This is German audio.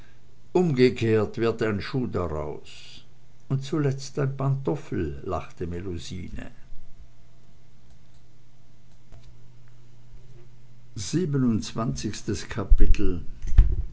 umgekehrt wird ein schuh draus und zuletzt ein pantoffel lachte melusine siebenundzwanzigstes kapitel